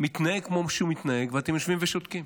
מתנהג כמו שהוא מתנהג ואתם יושבים ושותקים,